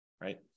right